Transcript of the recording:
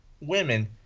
women